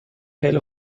خیلی